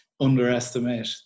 underestimate